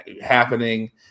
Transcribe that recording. happening